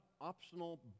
optional